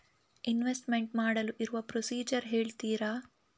Investment ಮಾಡಲು ಇರುವ procedure ಹೇಳ್ತೀರಾ?